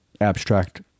abstract